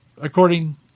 according